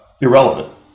irrelevant